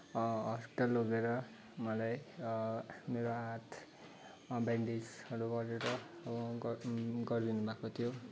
हल्पिटलहरू लागेर मलाई मेरो हात ब्यान्डेजहरू गरेर गरिदिनु गरिदिनुभएको थियो